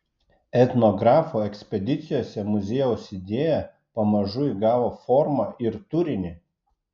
etnografų ekspedicijose muziejaus idėja pamažu įgavo formą ir turinį